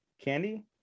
Candy